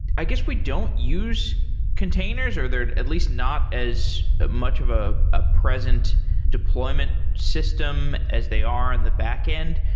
i guess we don't use containers, or they're at least not as much of a ah present deployment system as they are in the backend.